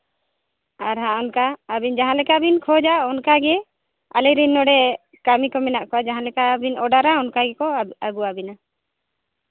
ᱟᱨ ᱦᱟᱸᱜ ᱚᱱᱠᱟ ᱟᱵᱤᱱ ᱡᱟᱦᱟᱸᱞᱮᱠᱟ ᱵᱤᱱ ᱠᱷᱚᱡᱟ ᱚᱱᱠᱟ ᱜᱮ ᱟᱞᱮ ᱨᱮᱱ ᱱᱚᱸᱰᱮ ᱠᱟᱹᱢᱤ ᱠᱚ ᱢᱮᱱᱟᱜ ᱠᱚᱣᱟ ᱡᱟᱦᱟᱸᱞᱮᱠᱟ ᱵᱤᱱ ᱚᱰᱟᱨᱟ ᱚᱱᱠᱟ ᱜᱮᱠᱚ ᱟᱹᱜᱩ ᱟᱹᱜᱩᱣᱟᱵᱤᱱᱟ